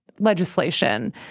legislation